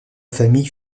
famille